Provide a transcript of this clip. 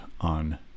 on